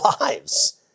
lives